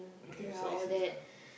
yes I actually don't know